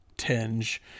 tinge